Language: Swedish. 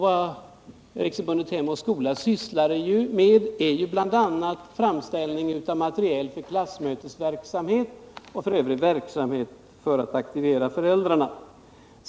Vad Riksförbundet Hem och Skola sysslar med är ju bl.a. framställning av materiel för klassmöten och övrig verksamhet för att aktivera föräldrarna.